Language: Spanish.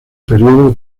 periodo